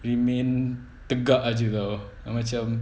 remain tegak jer [tau] ah macam